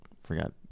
forgot